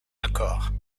accord